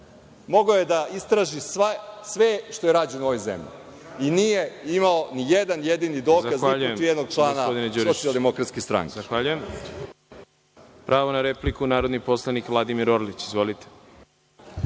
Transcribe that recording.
mogao je da istraži sve šta je rađeno u ovoj zemlji i nije imao ni jedan jedini dokaz ni protiv jednog člana Socijal-demokratske stranke.